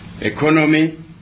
economy